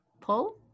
Pull